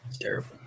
terrible